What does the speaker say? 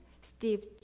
Steve